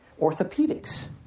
orthopedics